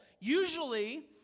Usually